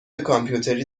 کامپیوتری